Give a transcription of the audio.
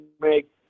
make